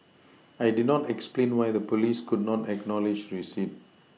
I did not explain why the police could not acknowledge receipt